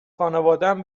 خانوادهام